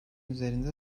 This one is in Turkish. üzerinde